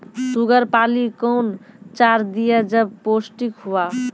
Sugar पाली कौन चार दिय जब पोस्टिक हुआ?